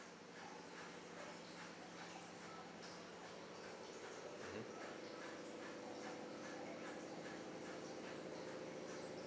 mmhmm